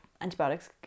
antibiotics